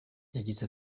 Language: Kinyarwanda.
yagize